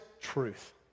truth